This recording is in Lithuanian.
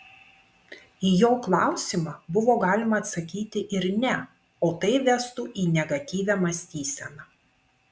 į jo klausimą buvo galima atsakyti ir ne o tai vestų į negatyvią mąstyseną